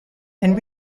and